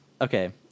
okay